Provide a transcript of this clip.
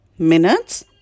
minutes